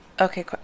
Okay